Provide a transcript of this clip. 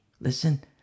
Listen